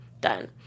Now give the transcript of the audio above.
done